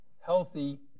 healthy